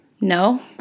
No